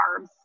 carbs